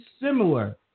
similar